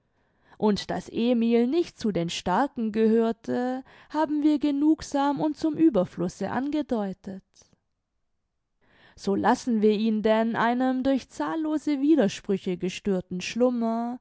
und daß emil nicht zu den starken gehörte haben wir genugsam und zum ueberfluße angedeutet so lassen wir ihn denn einem durch zahllose widersprüche gestörten schlummer